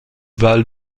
val